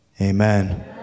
amen